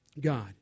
God